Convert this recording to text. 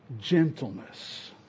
gentleness